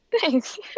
Thanks